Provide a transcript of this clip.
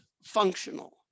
Functional